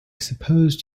supposed